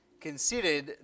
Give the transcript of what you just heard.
considered